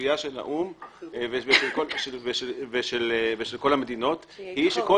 הציפייה של האו"ם ושל כל המדינות היא שכל